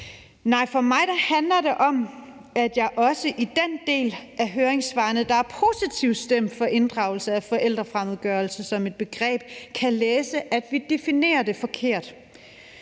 Nej, for mig handler det om, at jeg i den del af høringssvarene, der er positivt stemt over for inddragelse af forældrefremmedgørelse som et begreb, også kan læse, at vi definerer det forkert.